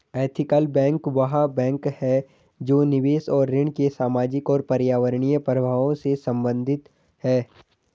ethical bank वह bank है जो निवेश और ऋण के सामाजिक और पर्यावरणीय प्रभावों से संबंधित है